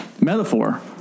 metaphor